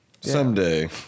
someday